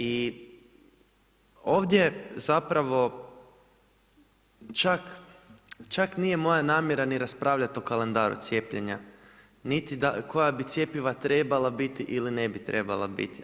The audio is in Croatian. I ovdje zapravo čak nije maja namjera niti raspravljati o kalendaru cijepljenja niti koja bi cjepiva trebala biti ili ne bi trebala biti.